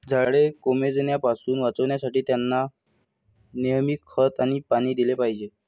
झाडे कोमेजण्यापासून वाचवण्यासाठी, त्यांना नेहमी खते आणि पाणी दिले पाहिजे